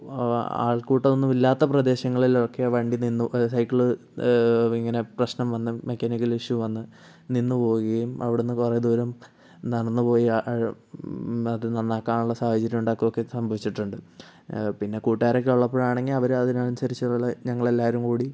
ആൾക്കൂട്ടം ഒന്നും ഇല്ലാത്ത പ്രദേശങ്ങളിലൊക്കെ വണ്ടി നിന്നു സൈക്കിള് ഇങ്ങനെ പ്രശ്നം വന്ന് മെക്കാനിക്കൽ ഇഷ്യൂ വന്ന് നിന്ന് പോവുകയും അവിടുന്ന് കുറെ ദൂരം നടന്ന് പോയി അത് നന്നാക്കാനുള്ള സാഹചര്യം ഉണ്ടാക്കക്കെ സംഭവിച്ചിട്ടിണ്ട് പിന്നെ കൂട്ടുകാരൊക്കെ ഉള്ളപ്പോഴാണെങ്കിൽ അവർ അതിനനുസരിച്ച് അതുപോലെ ഞങ്ങൾ എല്ലാവരും കൂടി